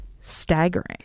staggering